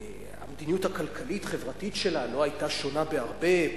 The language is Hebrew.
המדיניות הכלכלית-חברתית שלה לא היתה שונה בהרבה.